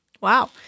Wow